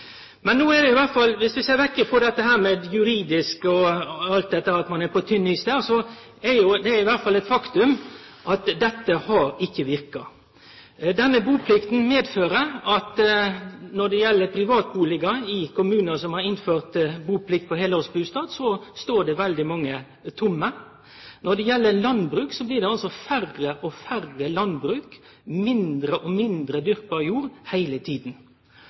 Men dersom vi ser vekk frå det juridiske i dette og alt dette med at ein er på tynn is der, er det i alle fall eit faktum at buplikta ikkje har verka. Når det gjeld privatbustader i kommunar som har innført buplikt på heilårsbustader, står veldig mange tomme. Når det gjeld landbruk, blir det altså færre og færre gardsbruk, mindre og mindre dyrkbar jord, heile